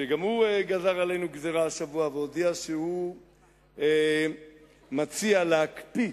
שגם הוא גזר עלינו גזירה השבוע והודיע שהוא מציע להקפיא,